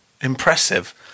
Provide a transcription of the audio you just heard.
Impressive